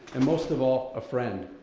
and most of all a friend.